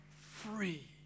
free